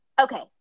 Okay